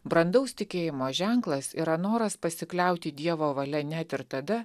brandaus tikėjimo ženklas yra noras pasikliauti dievo valia net ir tada